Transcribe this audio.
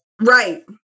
Right